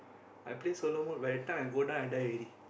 I play solo mode by the time I go down I die already